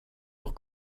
auch